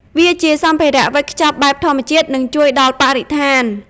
វាជា សម្ភារៈវេចខ្ចប់បែបធម្មជាតិ និងជួយដល់បរិស្ថាន ។